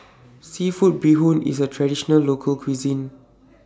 Seafood Bee Hoon IS A Traditional Local Cuisine